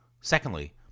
Secondly